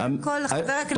קודם כל חבר הכנסת סלאלחה,